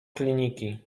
kliniki